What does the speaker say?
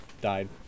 died